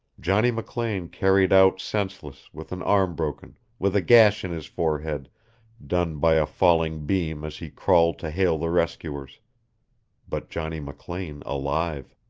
johnny mclean carried out senseless, with an arm broken, with a gash in his forehead done by a falling beam as he crawled to hail the rescuers but johnny mclean alive.